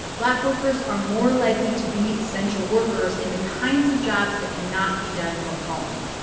black workers are more likely to be essential workers in the kinds of jobs that cannot be done from home.